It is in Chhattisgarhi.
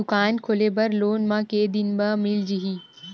दुकान खोले बर लोन मा के दिन मा मिल जाही?